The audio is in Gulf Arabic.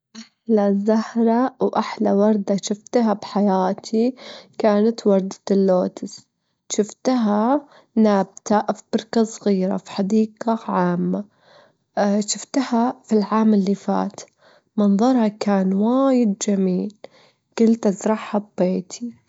عادةً أشتغل حوالي أربعين خمسة وأربعين ساعة في الأسبوع، بالنسبة للإجازات أخد حوالي أربع خمس إجازات في السنة، وأتوقع دة المعدل كافي بالنسبة لي، وما أريد أزيد.